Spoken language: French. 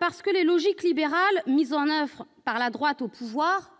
parce que les logiques libérales mises en oeuvre par la droite au pouvoir-